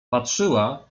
patrzyła